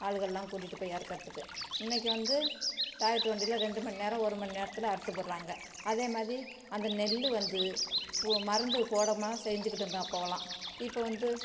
ஆளுகள்லாம் கூட்டிட்டு போய் அறுக்கறதுக்கு இன்னைக்கு வந்து டிராக்ட்ரு வண்டியில் ரெண்டு மண் நேரம் ஒரு மண் நேரத்தில் அறுத்துப்புடுறாங்க அதேமாதிரி அந்த நெல் வந்து பு மருந்து போடாமல் செஞ்சிக்கிட்டு இருந்தோம் அப்போலாம் இப்போ வந்து